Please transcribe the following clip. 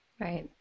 Right